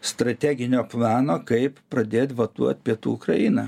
strateginio plano kaip pradėt vaduot pietų ukrainą